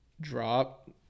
drop